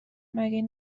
مگه